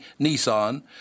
Nissan